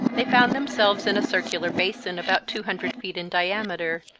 they found themselves in a circular basin, about two hundred feet in diameter,